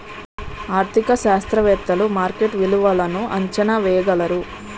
ఆర్థిక శాస్త్రవేత్తలు మార్కెట్ విలువలను అంచనా వేయగలరు